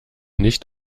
nicht